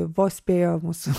vos spėjo mūsų